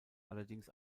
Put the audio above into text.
allerdings